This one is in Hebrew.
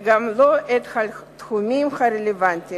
וגם לא את התחומים הרלוונטיים.